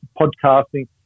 podcasting